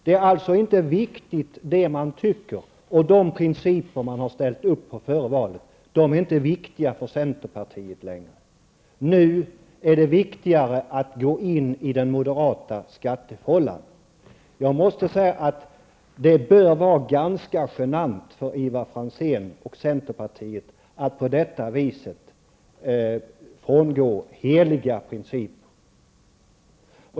Det man tycker och de principer man har ställt upp på före valet är alltså inte viktiga för centern längre. Nu är det viktigare att gå in i den moderata skattefållan. Jag måste säga att det bör vara ganska genant för Ivar Franzén och centern att på det viset frångå heliga principer.